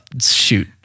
Shoot